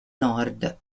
nord